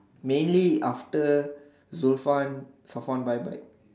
maybe after Zufwan Safwan died right